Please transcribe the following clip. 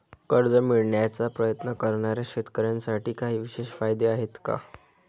कर्ज मिळवण्याचा प्रयत्न करणाऱ्या शेतकऱ्यांसाठी काही विशेष फायदे आहेत का?